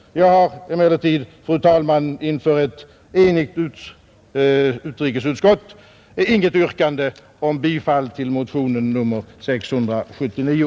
Jag har emellertid, fru talman, inför ett enigt utrikesutskott inget yrkande om bifall till motionen 679.